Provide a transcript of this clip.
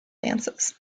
dances